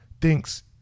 thinks